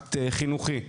אקט חינוכי.